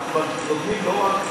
אנחנו נותנים לא רק,